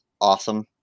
awesome